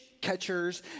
catchers